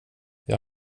jag